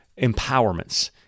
empowerments